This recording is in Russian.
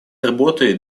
работает